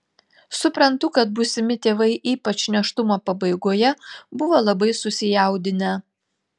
suprantu kad būsimi tėvai ypač nėštumo pabaigoje buvo labai susijaudinę